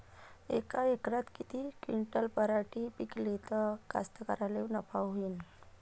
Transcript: यका एकरात किती क्विंटल पराटी पिकली त कास्तकाराइले नफा होईन?